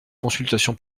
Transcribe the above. consultation